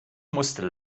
musste